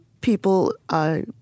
people